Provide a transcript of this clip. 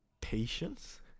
patience